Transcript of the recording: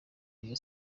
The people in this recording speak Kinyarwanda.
rayon